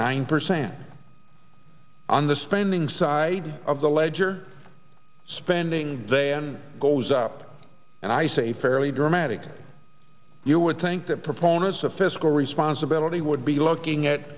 nine percent on the spending side of the ledger spending they end goes up and i say fairly dramatically you would think that proponents of fiscal responsibility would be looking at